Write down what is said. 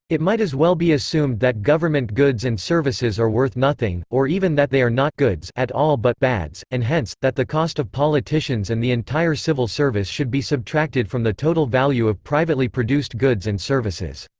it might as well be assumed that government goods and services are worth nothing, or even that they are not goods at all but bads, and hence, that the cost of politicians and the entire civil service should be subtracted from the total value of privately produced goods and services.